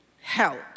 help